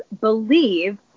believe